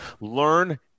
learn